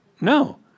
No